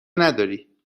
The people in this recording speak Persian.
نداری